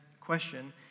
question